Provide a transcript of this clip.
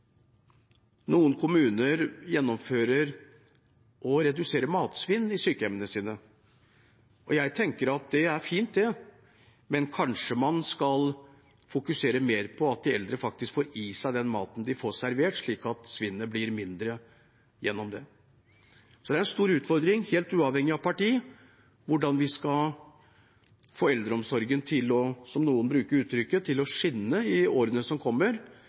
Noen kommuner gjennomfører reduksjon av matsvinn i sykehjemmene sine. Jeg tenker at det er fint, men kanskje man skal fokusere mer på at de eldre faktisk får i seg den maten de får servert, slik at svinnet blir mindre gjennom det. En stor utfordring, helt uavhengig av parti, er hvordan vi i årene som kommer skal få eldreomsorgen til, som noen sier, å skinne. Da må det kanskje tas noen større grep enn de som